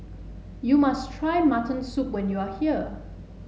you must try Mutton Soup when you are here